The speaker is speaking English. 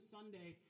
Sunday